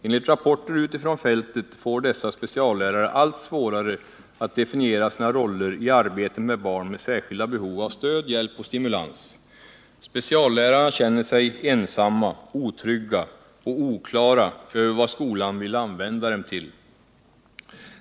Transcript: Enligt rapporter utifrån fältet får dessa speciallärare allt svårare att definiera sina roller i arbetet med barn med särskilda behov av stöd, hjälp och stimulans. Speciallärarna känner sig ensamma, otrygga och oklara över vad skolan vill använda dem till.